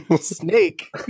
snake